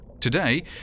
Today